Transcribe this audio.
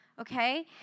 okay